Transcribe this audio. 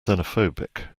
xenophobic